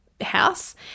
house